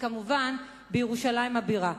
וכמובן בירושלים הבירה.